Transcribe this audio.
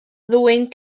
ddwyn